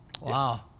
Wow